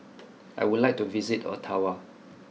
I would like to visit Ottawa